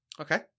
Okay